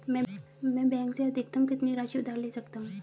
मैं बैंक से अधिकतम कितनी राशि उधार ले सकता हूँ?